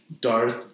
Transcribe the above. Darth